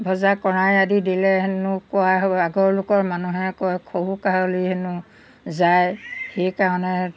ভজা কড়াই আদি দিলে হেনো কোৱা হয় আগৰ লোকৰ মানুহে কয় খহু কাহুলি হেনো যায় সেইকাৰণে